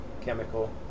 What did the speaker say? chemical